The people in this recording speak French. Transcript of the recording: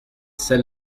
celle